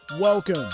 Welcome